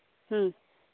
ᱦᱮᱸ